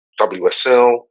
WSL